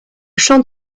champ